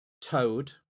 Toad